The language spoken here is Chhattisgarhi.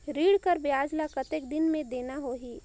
ऋण कर ब्याज ला कतेक दिन मे देना होही?